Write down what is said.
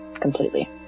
completely